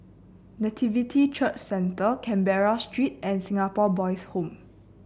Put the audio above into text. Nativity Church Centre Canberra Street and Singapore Boys' Home